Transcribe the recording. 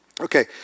Okay